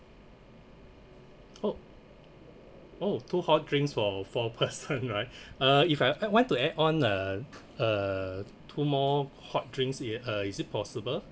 oh oh two hot drinks for four person right uh if I add want to add on uh uh two more hot drinks i~ uh is it possible